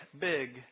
big